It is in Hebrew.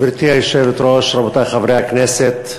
גברתי היושבת-ראש, רבותי חברי הכנסת,